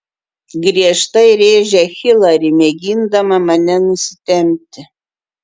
griežtai rėžia hilari mėgindama mane nusitempti